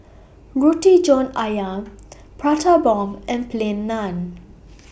Roti John Ayam Prata Bomb and Plain Naan